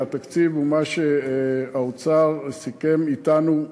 והתקציב הוא מה שהאוצר סיכם אתנו,